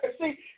See